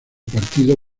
partido